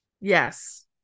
Yes